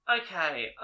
Okay